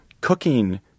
cooking